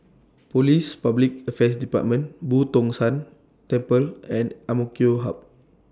Police Public Affairs department Boo Tong San Temple and Amk Hub